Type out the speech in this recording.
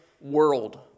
world